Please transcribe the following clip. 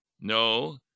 No